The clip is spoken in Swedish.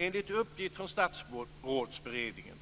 Enligt uppgift från Statsrådsberedningen